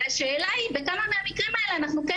והשאלה היא בכמה מהמקרים האלה אנחנו כן